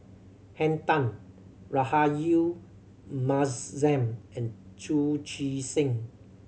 Henn Tan Rahayu Mahzam and Chu Chee Seng